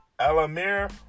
Alamir